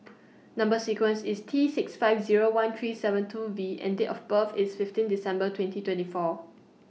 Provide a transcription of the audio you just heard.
Number sequence IS T six five Zero one three seven two V and Date of birth IS fifteen December twenty twenty four